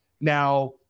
Now